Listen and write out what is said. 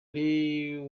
ari